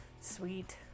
Sweet